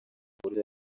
buryo